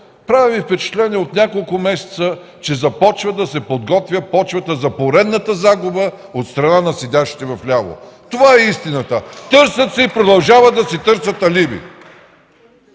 Прави ми впечатление от няколко месеца, че започва да се подготвя почвата за поредната загуба от страна на седящите отляво. (Ръкопляскания от ГЕРБ.) Търсят си и продължават да си търсят алиби.